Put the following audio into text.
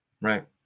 right